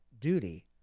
duty